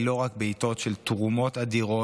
היא לא רק בעיתות של תרומות אדירות,